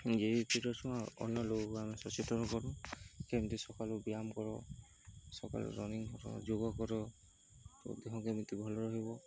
ଯେ ଅନ୍ୟ ଲୋକକୁ ଆମେ ସଚେତନ କରୁ କେମିତି ସକାଳୁ ବ୍ୟାୟାମ କର ସକାଳୁ ରନିଙ୍ଗ କର ଯୋଗ କର ତ ଦେହ କେମିତି ଭଲ ରହିବ